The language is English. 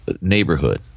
neighborhood